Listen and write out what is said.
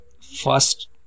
first